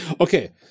Okay